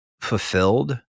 fulfilled